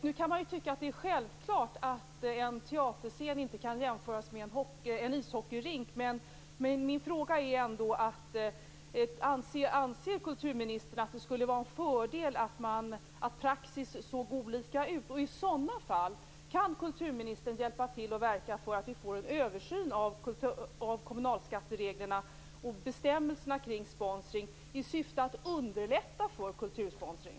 Nu kan man tycka att det är självklart att en teaterscen inte kan jämföras med en ishockeyrink, men min fråga är ändå: Anser kulturministern att det skulle vara en fördel att praxis såg olika ut, och kan kulturministern i sådana fall hjälpa till att vi får en översyn av kommunalskattereglerna och bestämmelserna kring sponsring i syfte att underlätta för kultursponsring?